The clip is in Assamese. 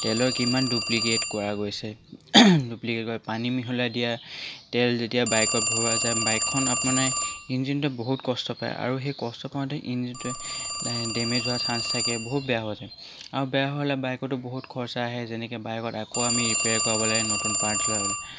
তেলৰ কিমান ডুপ্লিকেট কৰা গৈছে ডুপ্লিকেট কৰা হৈছে পানী মিহলাই দিয়া তেল যেতিয়া বাইকত ভৰোৱা যায় বাইকখন আপোনাৰ ইঞ্জিনটো বহুত কষ্ট পায় আৰু সেই কষ্ট পাওঁতে ইঞ্জিনটোৱে লাহে ডেমেজ হোৱাৰ চাঞ্চ থাকে বহুত বেয়া হোৱা আৰু বেয়া হ'লে বাইকৰতো বহুত খৰ্চা আহে যেনেকৈ বাইকত আকৌ আমি ৰিপেয়াৰ কৰাব লাগে নতুন পাৰ্টছ লগাব লাগে